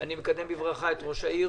אני מקדם בברכה את ראש העיר